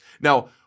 Now